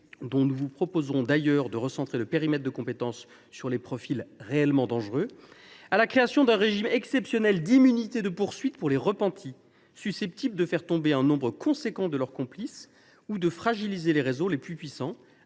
dont nous vous proposerons d’ailleurs de recentrer le périmètre de compétences sur les profils réellement dangereux ; à la création d’un régime exceptionnel d’immunité de poursuites pour les repentis susceptibles de faire tomber un nombre considérable de leurs complices ou de fragiliser les réseaux les plus puissants.